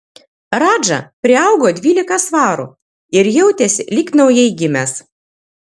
radža priaugo dvylika svarų ir jautėsi lyg naujai gimęs